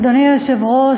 אדוני היושב-ראש,